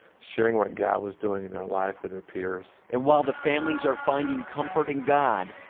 sharing what god was doing in their life with their peers. and while the families are finding comfort in god,